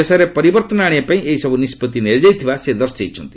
ଦେଶରେ ପରିବର୍ତ୍ତନ ଆଣିବା ପାଇଁ ଏହିସବୁ ନିଷ୍କଭି ନିଆଯାଇଥିବା ସେ କହିଛନ୍ତି